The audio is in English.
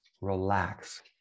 relax